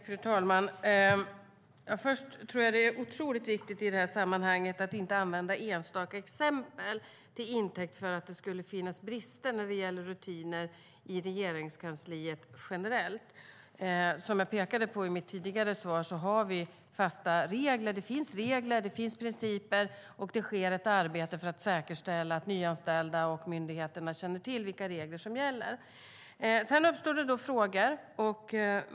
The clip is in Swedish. Fru talman! Först tror jag att det i sammanhanget är otroligt viktigt att inte ta enstaka exempel till intäkt för att det skulle finnas brister när det gäller rutiner i Regeringskansliet generellt. Som jag pekade på i mitt tidigare inlägg har vi fasta regler. Det finns regler, det finns principer och det sker ett arbete för att säkerställa att nyanställda och myndigheter känner till vilka regler som gäller. Sedan uppstår det frågor.